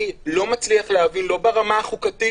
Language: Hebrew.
אני לא מצליח להבין, לא ברמה החוקתית